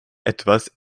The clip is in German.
etwas